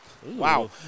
Wow